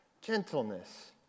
Gentleness